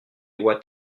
what